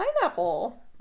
pineapple